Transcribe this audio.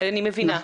ואני מבינה.